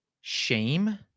shame